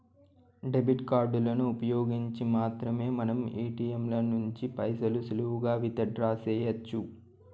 debit కార్డులను ఉపయోగించి మాత్రమే మనం ఏటియంల నుంచి పైసలు సులువుగా విత్ డ్రా సెయ్యొచ్చు